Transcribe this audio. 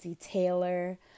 Taylor